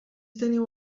teniu